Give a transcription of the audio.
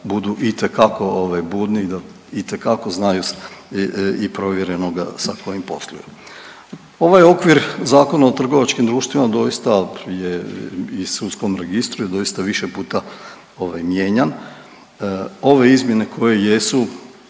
budu itekako ovaj budni i da itekako znaju i provjerenoga sa kojim posluju. Ovaj okvir Zakona o trgovačkim društvima doista je, i sudskom registru je doista više puta ovaj mijenjan. Ove izmjene koje jesu